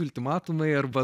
ultimatumai arba